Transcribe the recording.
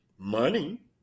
Money